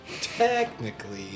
Technically